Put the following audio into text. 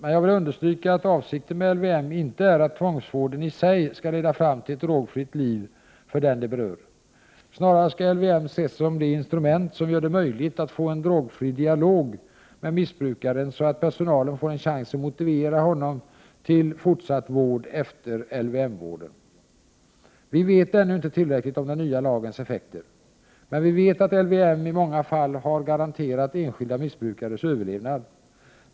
Men jag vill understryka att avsikten med LVM inte är att tvångsvården i sig skall leda fram till ett drogfritt liv för den det berör. Snarare skall LVM ses som det instrument som gör det möjligt att få en drogfri dialog med missbrukaren, så att personalen får en chans att motivera honom till fortsatt vård efter LYM-vården. Vi vet ännu inte tillräckligt om den nya lagens effekter. Men vi vet att LYM i många fall har garanterat enskilda missbrukares överlevnad.